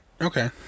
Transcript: okay